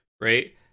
right